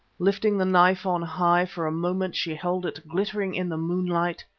lifting the knife on high, for a moment she held it glittering in the moonlight,